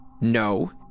No